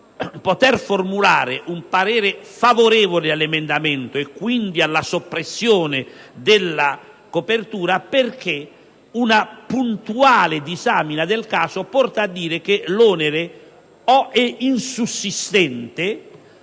formulare un parere favorevole all'emendamento, quindi alla soppressione della copertura, in quanto una puntuale disamina del caso porta ad affermare che l'onere o è insussistente